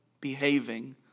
behaving